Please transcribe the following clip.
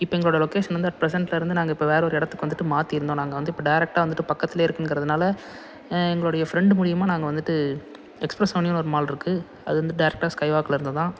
இப்போ எங்களோடய லொகேஷன் வந்து அட் ப்ரசென்டில் இருந்து நாங்கள் இப்போ வேறே ஒரு இடத்துக்கு வந்துட்டு மாற்றி இருந்தோம் நாங்கள் வந்து இப்போ டேரெக்டாக வந்துட்டு பக்கத்தில் இருக்குங்குறதுனால் எங்களுடைய ஃப்ரெண்டு மூலிமா நாங்கள் வந்துட்டு எக்ஸ்பிரஸ் அவென்யூங்குற ஒரு மால்லிருக்கு அது வந்து டேரெக்டாக ஸ்கைவாக்லேருந்துதான்